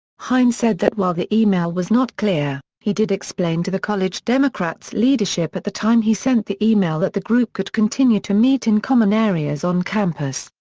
hine said that while the email was not clear, he did explain to the college democrats leadership at the time he sent the email that the group could continue to meet in common areas on campus.